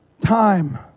Time